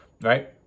right